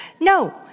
No